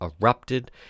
erupted